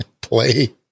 play